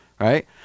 right